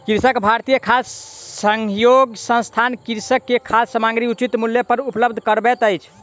कृषक भारती खाद्य सहयोग संस्थान कृषक के खाद्य सामग्री उचित मूल्य पर उपलब्ध करबैत अछि